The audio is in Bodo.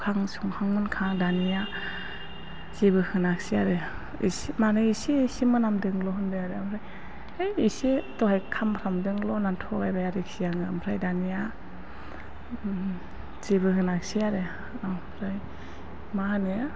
ओंखाम संखां लोंखां दानिया जेबो होनाखिसै आरो माने इसे इसे मोनामदोंल' होनबाय आरो ओमफ्राय है इसे दहाय खामफ्रामदोंल' होननानै थगाइबाय आरोखि आङो ओमफ्राय दानिया जेबो होनासै आरो ओमफ्राय मा होनो